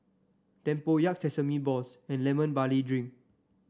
tempoyak Sesame Balls and Lemon Barley Drink